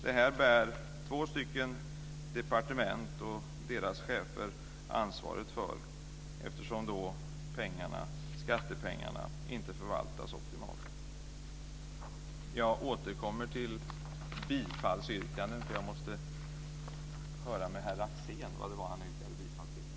Detta bär två departement och deras chefer ansvaret för, eftersom skattepengarna inte förvaltas optimalt. Jag återkommer till bifallsyrkandena. Jag måste höra med herr Axén vad han yrkade bifall till.